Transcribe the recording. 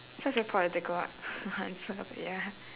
such a political a~ answer ya